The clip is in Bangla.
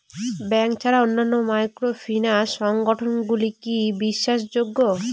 ব্যাংক ছাড়া অন্যান্য মাইক্রোফিন্যান্স সংগঠন গুলি কি বিশ্বাসযোগ্য?